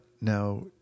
now